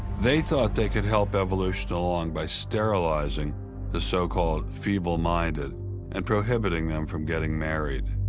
they thought they could help evolution along by sterilizing the so-called feeble-minded and prohibiting them from getting married.